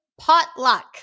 Potluck